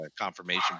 confirmation